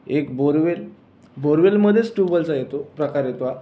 एक बोरवेल बोरवेलमध्येच ट्यूबवेलचा येतो प्रकार येतो